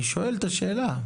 אני שואל את השאלה.